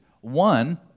One